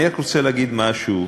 אני רק רוצה להגיד משהו,